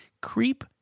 creep